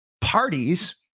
parties